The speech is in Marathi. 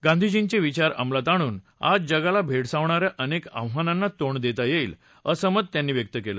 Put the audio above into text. गांधीजींचे विचार अंमलात आणून आज जगाला भेडसावणाऱ्या अनेक आव्हानाना तोंड देता येईल असं मत त्यांनी व्यक्त केलं